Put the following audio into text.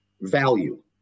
value